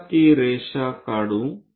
पुन्हा ती रेषा काढू